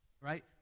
right